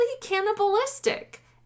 cannibalistic